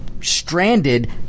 stranded